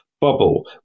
bubble